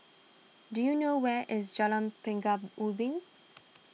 do you know where is Jalan Pekan Ubin